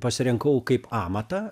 pasirinkau kaip amatą